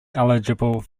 eligible